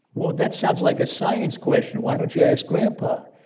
well, that sounds like a science question. why don't you ask grandpa?